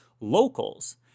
locals